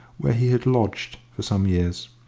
where he had lodged for some years.